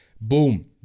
boom